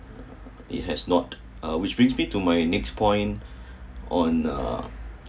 it has not uh which brings me to my next point on uh